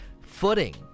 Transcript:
footing